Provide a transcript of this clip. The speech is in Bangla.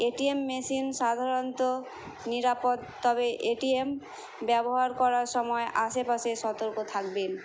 এটিএম মেশিন সাধারণত নিরাপদ তবে এটিএম ব্যবহার করার সময় আশেপাশে সতর্ক থাকবেন